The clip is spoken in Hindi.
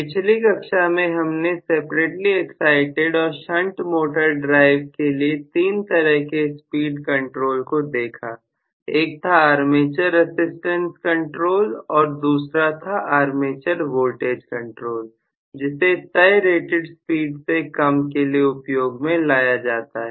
पिछली कक्षा में हमने सेपरेटली एक्साइटिड और शंट मोटर ड्राइव के लिए 3 तरह के स्पीड कंट्रोल को देखा एक था आर्मेचर रसिस्टेंस कंट्रोल और दूसरा था आर्मेचर वोल्टेज कंट्रोल जिसे तय रेटेड स्पीड से कम के लिए उपयोग में लाया जाता है